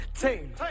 team